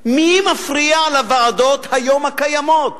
מי מפריע לוועדות היום, הקיימות?